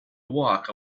walk